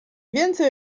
więcej